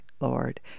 Lord